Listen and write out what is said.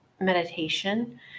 meditation